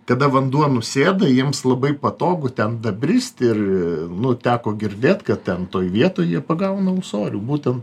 tada vanduo nusėda jiems labai patogu ten dabristi ir nu teko girdėt kad ten toj vietoj jie pagauna ūsorių būten